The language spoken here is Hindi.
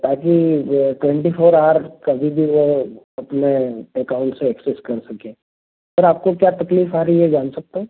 ताकि ट्वेंटी फ़ोर आर कभी भी जो है अपने एकाउन्ट से एक्सेस कर सकें सर आपको क्या तकलीफ़ आ रही है जान सकता हूँ